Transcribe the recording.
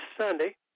Sunday